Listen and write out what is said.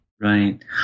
Right